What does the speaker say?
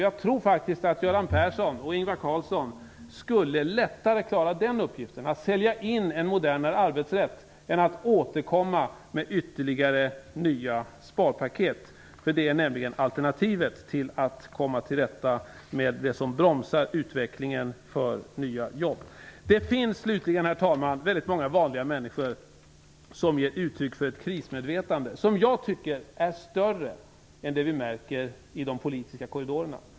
Jag tror faktiskt att Göran Persson och Ingvar Carlsson lättare skulle klara uppgiften att lansera en ny arbetsrätt än att återkomma med ytterligare nya sparpaket, för det är nämligen alternativet för att man skall komma till rätta med det som bromsar utvecklingen för nya jobb. Det finns slutligen, herr talman, väldigt många vanliga människor som ger uttryck för ett krismedvetande, vilket jag tycker är större än det vi märker i de politiska korridorerna.